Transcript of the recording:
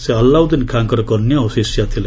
ସେ ଆଲ୍ଲାଉଦ୍ଦିନ୍ ଖାଁଙ୍କର କନ୍ୟା ଓ ଶିଷ୍ୟା ଥିଲେ